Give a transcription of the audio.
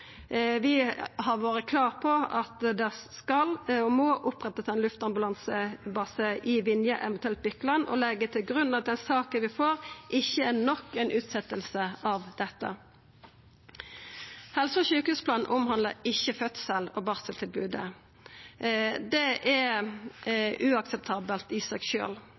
Vi har vore klare på at det skal og må opprettast ein luftambulansebase i Vinje, eventuelt i Bykle, og legg til grunn at saka vi får, ikkje er nok ei utsetjing av dette. Helse- og sjukehusplanen handlar ikkje om fødsels- og barseltilbodet. Det er uakseptabelt i seg